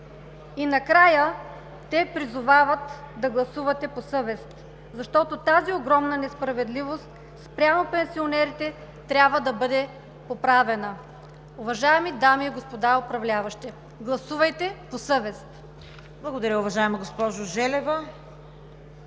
И накрая те призовават да гласувате по съвест, защото тази огромна несправедливост спрямо пенсионерите трябва да бъде поправена. Уважаеми дами и господа управляващи, гласувайте по съвест. ПРЕДСЕДАТЕЛ ЦВЕТА КАРАЯНЧЕВА: Благодаря Ви, уважаема госпожо Желева.